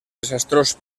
desastrós